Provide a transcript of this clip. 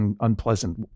unpleasant